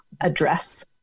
address